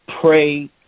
pray